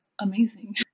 amazing